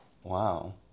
Wow